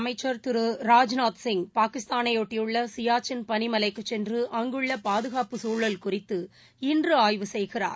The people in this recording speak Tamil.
அமைச்சர் திரு ராஜ்நாத்சிங் பாகிஸ்தானையொட்டியுள்ள பாதுகாப்புத்துறை சியாச்சின் பளிமலைக்குச் சென்று அங்குள்ள பாதுகாப்பு சூழல் குறித்து இன்று ஆய்வுசெய்கிறார்